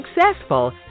successful